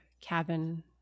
cabin